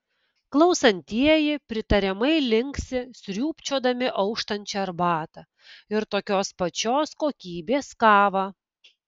klausantieji pritariamai linksi sriūbčiodami auštančią arbatą ir tokios pačios kokybės kavą